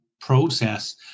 process